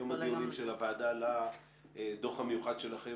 היום הדיונים של הוועדה לדוח המיוחד שלכם